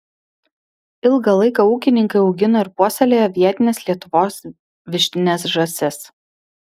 ilgą laiką ūkininkai augino ir puoselėjo vietines lietuvos vištines žąsis